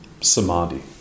samadhi